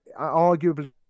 arguably